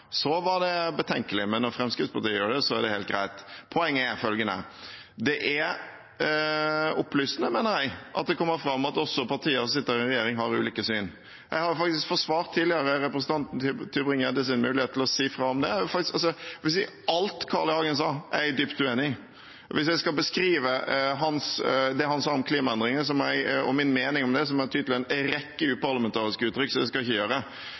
var det betenkelig, men når Fremskrittspartiet gjør det, er det helt greit. Poenget er følgende: Det er opplysende, mener jeg, at det kommer fram at også partier som sitter i regjering, har ulike syn. Jeg har faktisk tidligere forsvart representanten Tybring-Gjeddes mulighet til å si fra om det. Og alt Carl I. Hagen sa, er jeg dypt uenig i. Hvis jeg skal beskrive det han sa om klimaendringene og min mening om det, må jeg ty til en rekke uparlamentariske uttrykk, så det skal jeg ikke gjøre,